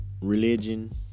religion